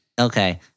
okay